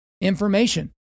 information